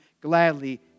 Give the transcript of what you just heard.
gladly